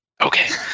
Okay